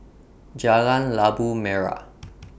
Jalan Labu Merah